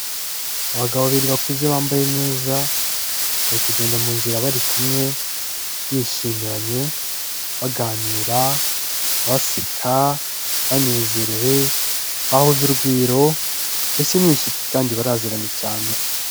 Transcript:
Abagabo babiri bakuze bambaye neza bari kugenda mu nzira bari kumwe, bishimiranye, baganira, baseka, banezerewe, bahuje urugwiro, mbese ni inshuti kandi baraziranye cyane.